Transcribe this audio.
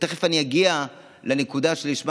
ותכף אני אגיע לנקודה שלשמה